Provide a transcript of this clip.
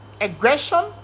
aggression